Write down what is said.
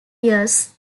years